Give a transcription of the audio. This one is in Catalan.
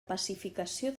pacificació